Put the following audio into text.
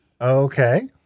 Okay